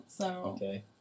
Okay